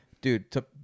dude